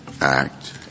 Act